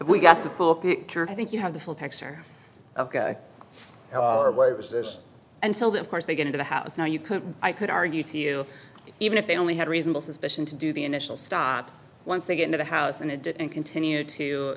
we got the full picture i think you have the full picture ok it was this until the of course they get into the house now you could i could argue to you even if they only had reasonable suspicion to do the initial stop once they get into the house and it did and continue to